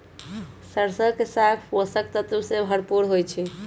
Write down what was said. सरसों के साग पोषक तत्वों से भरपूर होई छई